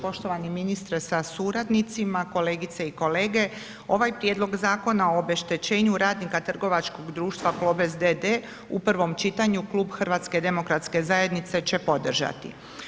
Poštovani ministre sa suradnicima, kolegice i kolege ovaj Prijedlog Zakona o obeštećenju radnika trgovačkog društva Plobest d.d. u prvom čitanju Klub HDZ-a će podržati.